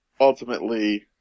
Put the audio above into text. Ultimately